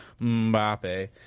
Mbappe